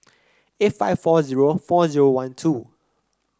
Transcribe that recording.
eight five four zero four zero one two